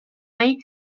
mai